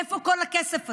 איפה כל הכסף הזה?